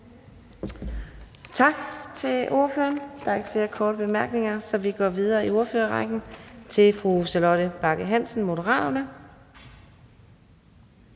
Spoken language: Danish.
Tak til ordføreren. Der er ikke flere korte bemærkninger, så vi går videre i ordførerrækken til fru Charlotte Bagge Hansen, Moderaterne.